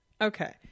Okay